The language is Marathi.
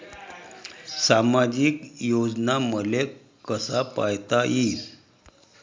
सामाजिक योजना मले कसा पायता येईन?